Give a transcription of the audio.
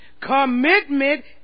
Commitment